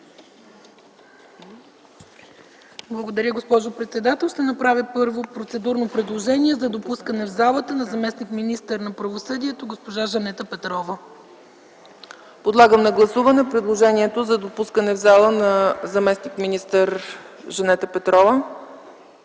Благодаря, госпожо председател. Първо ще направя процедурно предложение за допускане в залата на заместник-министъра на правосъдието госпожа Жанета Петрова. ПРЕДСЕДАТЕЛ ЦЕЦКА ЦАЧЕВА: Подлагам на гласуване предложението за допускане в залата на заместник-министър Жанета Петрова.